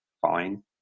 fine